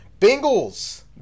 Bengals